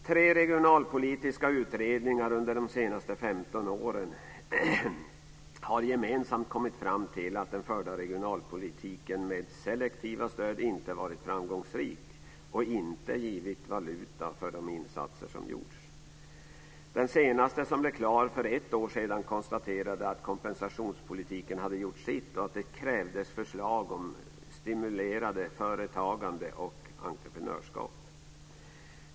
Tre regionalpolitiska utredningar under de senaste 15 åren har gemensamt kommit fram till att den förda regionalpolitiken med selektiva stöd inte varit framgångsrik och inte givit valuta för de insatser som gjorts. Den senaste som blev klar för ett år sedan konstaterade att kompensationspolitiken hade gjort sitt och att det krävdes förslag om stimulerat företagande och entreprenörskap.